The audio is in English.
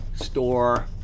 store